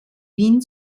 wien